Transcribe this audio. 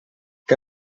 què